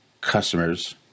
customers